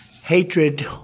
Hatred